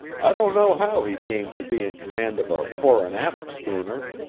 i don't know how he came to be in command of a fore-and-aft schooner.